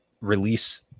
release